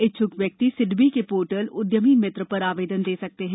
इच्छुक व्यक्ति सिडबी के पोर्टल उद्यमी मित्र पर आवेदन दे सकते हैं